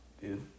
dude